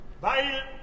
Weil